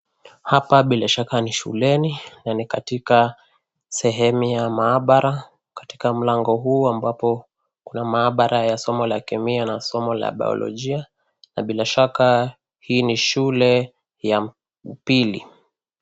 Hapa bila shaka ni shuleni na ni katika sehemu ya mahabara, katika mlango huu ambapo kuna mahabara ya somo la kemia na somo la bayolojia na bila shaka hii ni shule ya upili.